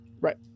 right